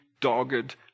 dogged